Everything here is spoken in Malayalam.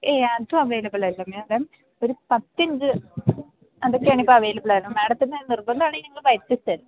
ഏയ് അത് അവൈലബിൾ അല്ല മാഡം ഒരു പത്തിഞ്ച് അടുത്ത് ആണ് ഇപ്പം അവൈലബിൾ മാഡത്തിന് നിർബന്ധമാണേൽ ഞങ്ങൾ വരുത്തിച്ചു തരാം